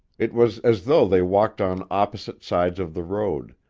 it was as though they walked on opposite sides of the road,